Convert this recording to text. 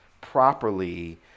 properly